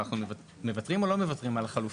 אנחנו מוותרים או לא מוותרים על החלופות?